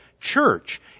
church